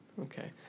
Okay